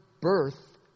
birth